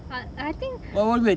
but I think